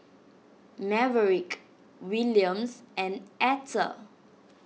Maverick Williams and Etter